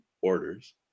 orders